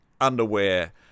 underwear